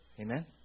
Amen